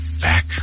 back